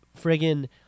friggin